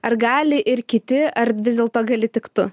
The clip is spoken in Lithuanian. ar gali ir kiti ar vis dėlto gali tik tu